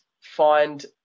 find